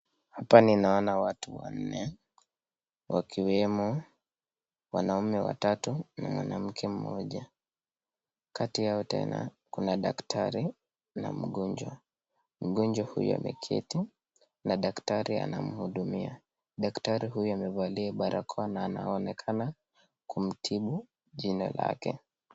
Hapa ninaona watu wainne wakiwemo wanaume watatu na mamake mmoja kati yao tena kuna daktari na mgonjwa mgonjwa huyu ameketi. Daktari anamuundumia daktari huyu amefalia barakona anaonekana anataka kumtibu jino lake.